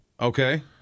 Okay